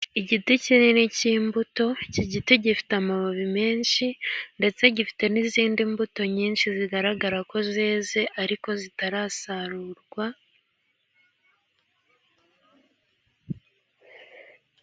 Igiti kinini cy'imbuto, iki giti gifite amababi menshi ndetse gifite n'izindi mbuto nyinshi, zigaragara ko zeze ariko zitarasarurwa.